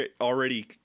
already